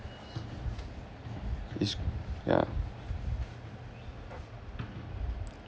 is yeah